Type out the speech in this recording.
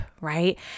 right